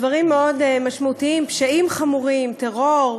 דברים מאוד משמעותיים, פשעים חמורים, טרור,